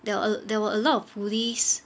there were there were a lot of police